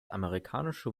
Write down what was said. amerikanische